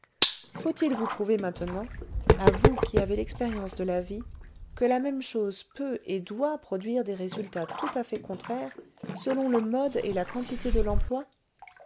faut-il vous prouver maintenant à vous qui avez l'expérience de la vie que la même chose peut et doit produire des résultats tout à fait contraires selon le mode et la quantité de l'emploi